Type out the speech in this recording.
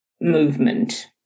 movement